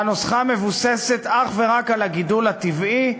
והנוסחה מבוססת אך ורק על הגידול הטבעי,